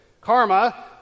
Karma